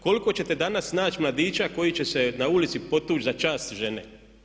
Koliko ćete danas naći mladića koji će se na ulici potući za čast žene?